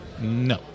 no